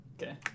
Okay